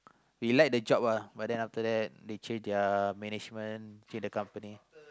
you like the job uh but then after that they change their management change their company